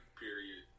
period